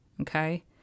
okay